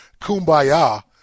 kumbaya